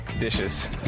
Dishes